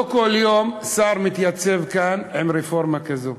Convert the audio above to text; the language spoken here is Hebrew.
לא כל יום שר מתייצב כאן עם רפורמה כזאת.